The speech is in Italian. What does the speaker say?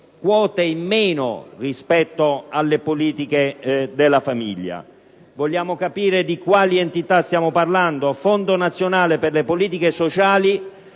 quote in meno alle politiche per la famiglia. Vogliamo capire di quali entità stiamo parlando? Il Fondo nazionale per le politiche sociali